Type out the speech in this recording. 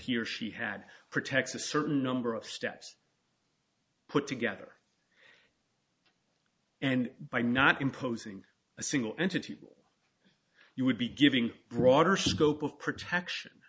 he or she had protects a certain number of steps put together and by not imposing a single entity you would be giving broader scope of protection